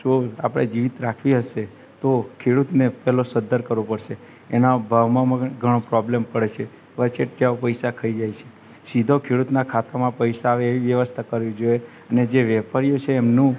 જો આપણે જીવિત રાખવી હશે તો ખેડૂતને પહેલો સદ્ધર કરવો પડશે એના ભાવમાં ઘણો પ્રોબ્લેમ પડે છે વચેટિયાઓ પૈસા ખાઈ જાય છે સીધો ખેડૂતનાં ખાતામાં પૈસા આવે એવી વ્યવસ્થા કરવી જોઈએ અને જે વેપારીઓ છે એમનું